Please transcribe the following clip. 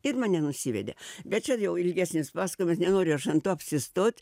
ir mane nusivedė bet čia jau ilgesnis pasakojimas nenoriu aš ant to apsistot